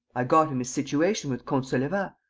i got him his situation with comte saulevat.